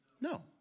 No